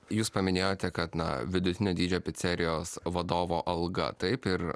jūs paminėjote kad na vidutinio dydžio picerijos vadovo alga taip ir